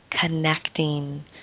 connecting